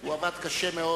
הוא עבד קשה מאוד.